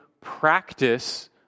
practice